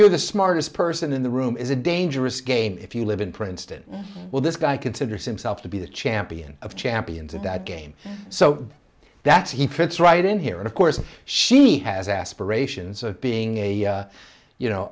you're the smartest person in the room is a dangerous game if you live in princeton well this guy considers himself to be the champion of champions in that game so that's he fits right in here and of course she has aspirations of being a you know